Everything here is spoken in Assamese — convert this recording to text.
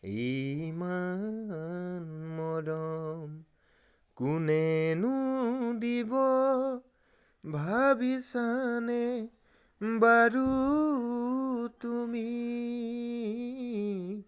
ইমান মৰম কোনেনো দিব ভাবিছানে বাৰু তুমি